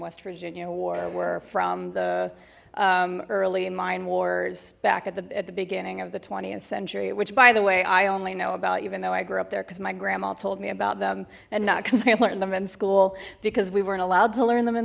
west virginia wore were from the early mine wars back at the at the beginning of the th century which by the way i only know about even though i grew up there because my grandma told me about them and not cuz i learned them in school because we weren't allowed to learn them in